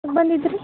ಬಂದಿದ್ದಿರಿ